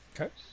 okay